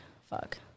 fuck